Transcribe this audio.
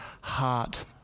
heart